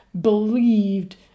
believed